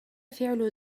فعل